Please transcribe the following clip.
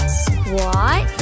squat